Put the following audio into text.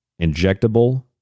injectable